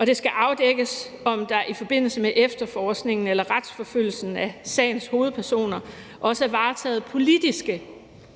Det skal afdækkes, om der i forbindelse med efterforskningen eller retsforfølgelsen af sagens hovedpersoner også er varetaget politiske